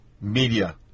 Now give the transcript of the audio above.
media